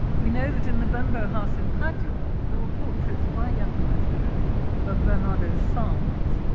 we know that in the bembo house in padua, there were portraits by epimeteo of bernardo's sons,